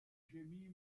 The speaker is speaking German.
chemie